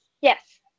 yes